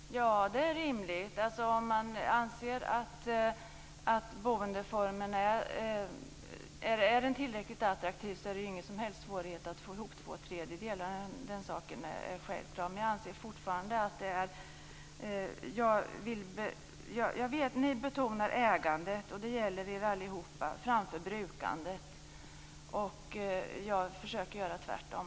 Fru talman! Ja, det är rimligt. Om man anser att boendeformen är tillräckligt attraktiv är det ingen som helst svårighet att få ihop två tredjedelar. Den saken är självklar. Ni betonar ägandet, det gäller er allihop, framför brukandet. Jag försöker göra tvärtom.